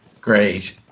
Great